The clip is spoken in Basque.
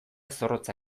zorrotza